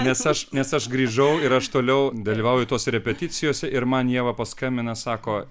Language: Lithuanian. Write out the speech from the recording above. nes aš nes aš grįžau ir aš toliau dalyvauju tose repeticijose ir man ieva paskambina sako